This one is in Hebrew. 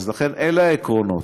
אז אלה העקרונות.